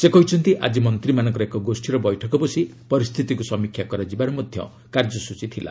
ସେ କହିଛନ୍ତି ଆଜି ମନ୍ତ୍ରୀମାନଙ୍କର ଏକ ଗୋଷ୍ଠିର ବୈଠକ ବସି ପରିସ୍ଥିତିକୁ ସମୀକ୍ଷା କରାଯିବାର କାର୍ଯ୍ୟସ୍ଟଚୀ ଥିଲା